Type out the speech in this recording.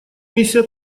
миссия